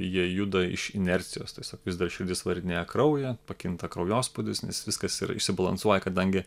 jie juda iš inercijos tiesiog vis dar širdis varinėja kraują pakinta kraujospūdis nes viskas yra išsibalansuoja kadangi